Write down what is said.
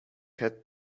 head